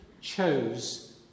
chose